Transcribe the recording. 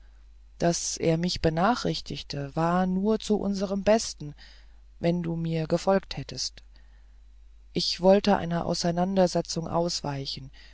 daß er mich benachrichtigte war nur zu unserm besten wenn du mir gefolgt hättest ich wollte einer auseinandersetzung ausweichen